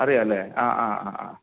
അറിയാമല്ലെ ആ ആ ആ ആ